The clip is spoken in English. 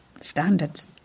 standards